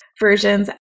versions